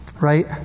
Right